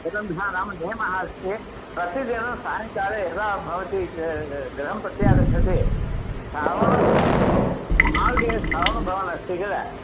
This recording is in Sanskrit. एकं विभा राम नियमः अस्ति प्रतिदिनं सायङ्काले यदा भवती गृहं प्रत्यागच्छति श्रवणभवनं मार्गे श्रवणभवनम् अस्ति किल